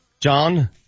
John